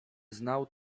znał